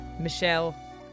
michelle